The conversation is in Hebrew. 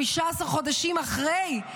15 חודשים אחרי,